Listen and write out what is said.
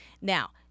Now